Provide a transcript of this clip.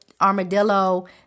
armadillo